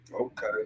Okay